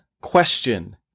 question